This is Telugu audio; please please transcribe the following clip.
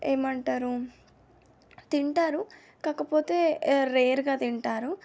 ఏమంటారు తింటారు కాకపోతే రేర్గా తింటారు